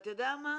ואתה יודע מה,